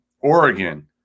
Oregon